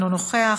אינו נוכח,